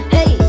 Hey